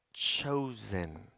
chosen